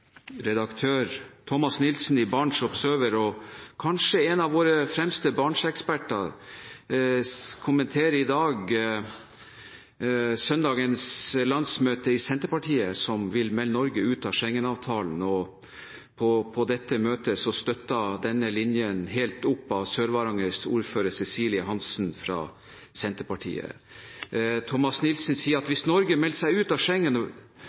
Redaktør Thomas Nilsen i BarentsObserver, kanskje en av våre fremste Barents-eksperter, kommenterer i dag søndagens landsmøte i Senterpartiet, som vil melde Norge ut av Schengen. På møtet ble denne linjen støttet helt ut av Sør-Varangers ordfører Cecilie Hansen fra Senterpartiet. Thomas Nilsen sier: «– Hvis Norge melder seg ut av